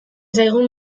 zaigun